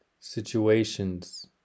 situations